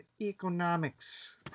economics